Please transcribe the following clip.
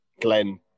glenn